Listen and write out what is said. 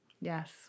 Yes